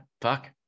fuck